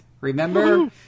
Remember